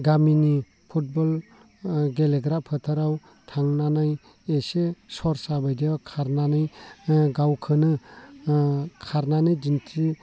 गामिनि फुटबल गेलेग्रा फोथाराव थांनानै एसे सरसा बायदियाव खारनानै गावखौनो खारनानै दिन्थिनानै